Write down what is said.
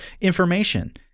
information